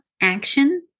action